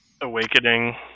awakening